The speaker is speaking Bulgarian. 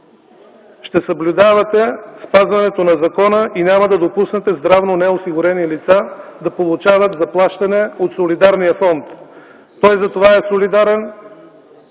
ще съблюдавате спазването на закона и няма да допуснете здравнонеосигурени лица да получават заплащане от солидарния фонд! Той затова е солидарен,